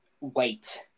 wait